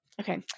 Okay